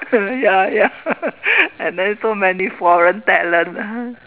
ya ya and then so many foreign talent lah ha